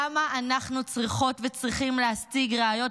למה אנחנו צריכות וצריכים להציג ראיות